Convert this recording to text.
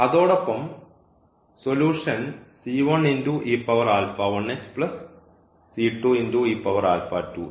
അതോടൊപ്പം സൊലൂഷൻ ആയിരിക്കും